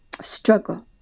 struggle